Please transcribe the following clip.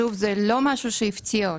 שוב, זה לא משהו שהפתיע אותנו.